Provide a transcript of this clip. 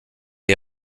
est